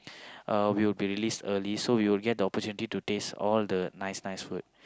uh we will be released early so we will get the opportunity to taste all the nice nice food